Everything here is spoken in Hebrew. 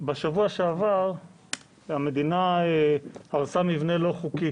בשבוע שעבר המדינה הרסה מבנה לא חוקי